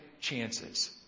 chances